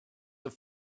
have